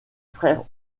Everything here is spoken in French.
frères